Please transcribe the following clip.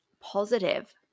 positive